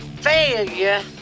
failure